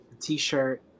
T-shirt